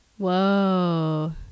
Whoa